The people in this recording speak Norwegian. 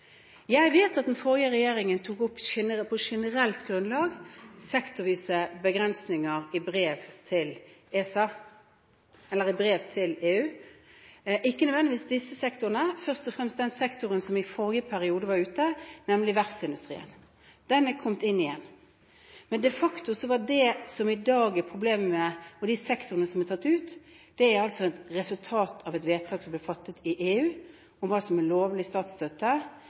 Jeg vet at den forrige regjeringen tok opp på generelt grunnlag sektorvise begrensninger i brev til EU – ikke nødvendigvis disse sektorene, men først og fremst den sektoren som i forrige periode var ute, nemlig verftsindustrien. Den er kommet inn igjen. Men de facto er det som i dag er problemet, og de sektorene som er tatt ut, et resultat av et vedtak som ble fattet i EU i juni 2013 om hva som er lovlig statsstøtte.